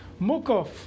mukov